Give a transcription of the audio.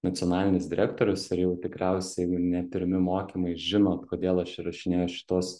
nacionalinis direktorius ir jau tikriausiai ne pirmi mokymai žinot kodėl aš įrašinėju šituos